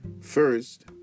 First